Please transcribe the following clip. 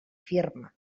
firme